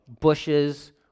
Bushes